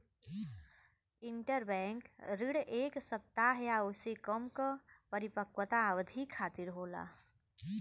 interbank ऋण एक सप्ताह या ओसे कम क परिपक्वता अवधि खातिर होला